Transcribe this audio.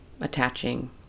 attaching